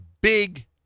big